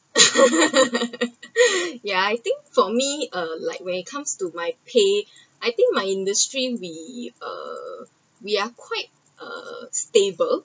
ya I think for me uh like when it’s come to my pay I think my industry we uh we are quite uh stable